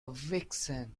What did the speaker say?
vixen